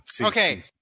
Okay